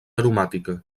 aromàtica